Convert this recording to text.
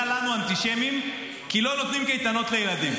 לנו "אנטישמים" כי לא נותנים קייטנות לילדים.